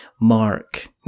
Mark